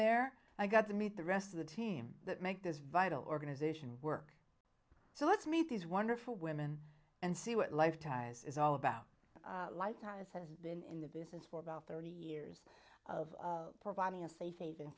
there i got to meet the rest of the team that make this vital organization work so let's meet these wonderful women and see what life ties is all about lifetime's has been in the business for about thirty years of providing a safe haven